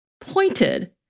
pointed